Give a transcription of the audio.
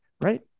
Right